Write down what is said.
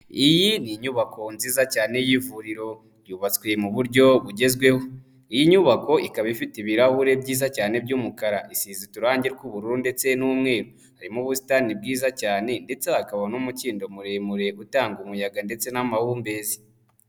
Iyi ni inyubako nziza cyane y'ivuriro, yubatswe mu buryo bugezweho, iyi nyubako ikaba ifite ibirahuri byiza cyane by'umukara, isize iturangi tw'ubururu ndetse n'umweru, harimo ubusitani bwiza cyane ndetse hakaba n'umukindo muremure, utanga umuyaga ndetse n'amahumbezi.